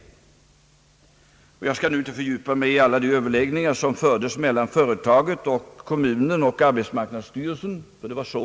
Jag skall nu inte fördjupa mig i alla de överläggningar som fördes mellan företaget, kommunen och arbetsmarknadsstyrelsen.